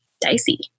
dicey